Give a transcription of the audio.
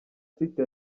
site